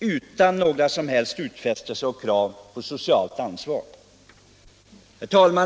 utan några som helst utfästelser om och krav på socialt ansvar. Herr talman!